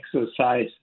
exercise